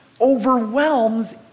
overwhelms